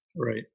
Right